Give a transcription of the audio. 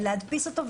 להדפיס אותו,